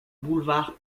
boulevard